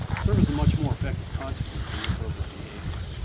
serves as a much more effective consequence to inappropriate behavior,